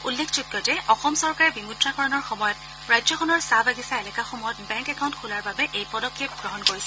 উল্লেখযোগ্য যে অসম চৰকাৰে বিমুদ্ৰাকৰণৰ সময়ত ৰাজ্যখনৰ চাহ বাগিচা এলেকাসমূহত বেংক একাউণ্ট খোলাৰ বাবে এই পদক্ষেপ গ্ৰহণ কৰিছিল